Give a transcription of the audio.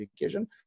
education